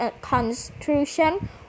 construction